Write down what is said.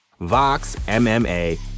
VOXMMA